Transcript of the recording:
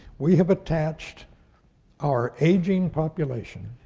we have attached our aging population,